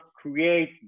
create